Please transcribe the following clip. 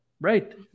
Right